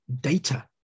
data